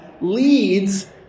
leads